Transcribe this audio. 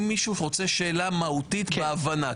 אם מישהו רוצה שאלה מהותית כהבנה.